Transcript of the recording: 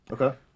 Okay